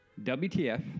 WTF